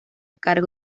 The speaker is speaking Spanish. cargo